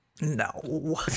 No